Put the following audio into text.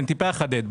אני טיפה אחדד.